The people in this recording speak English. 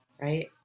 right